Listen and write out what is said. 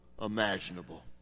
imaginable